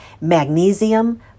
magnesium